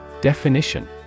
Definition